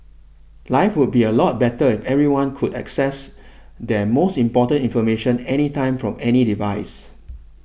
life would be a lot better if everyone could access their most important information anytime from any device